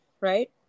Right